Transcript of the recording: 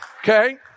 Okay